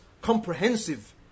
comprehensive